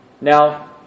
Now